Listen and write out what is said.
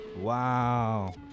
Wow